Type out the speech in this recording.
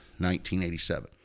1987